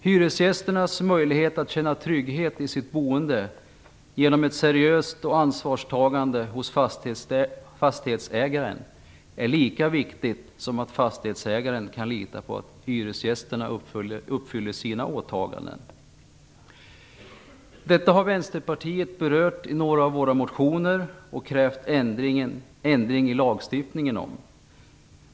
Hyresgästernas möjlighet att känna trygghet i sitt boende genom ett seriöst ansvarstagande hos fastighetsägaren är lika viktigt som att fastighetsägaren kan lita på att hyresgästerna uppfyller sina åtaganden. Detta har vi i Vänsterpartiet berört i några av våra motioner och krävt ändring i lagstiftningen om.